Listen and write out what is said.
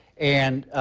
and,